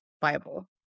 Bible